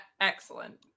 Excellent